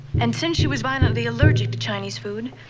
and since she was violently allergic to chinese food,